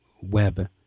web